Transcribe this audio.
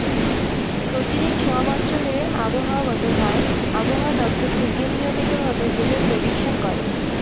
প্রতিদিন সব অঞ্চলে আবহাওয়া বদল হয় আবহাওয়া দপ্তর থেকে নিয়মিত ভাবে যেটার প্রেডিকশন করে